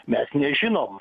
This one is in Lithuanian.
mes nežinom